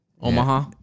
Omaha